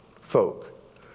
folk